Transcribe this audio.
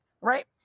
right